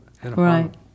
Right